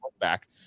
back